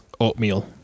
Oatmeal